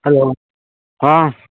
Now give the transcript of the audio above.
hello ହଁ